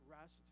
rest